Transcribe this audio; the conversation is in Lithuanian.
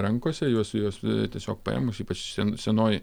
rankose jos jos tiesiog paėmus ypač senoji